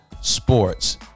Sports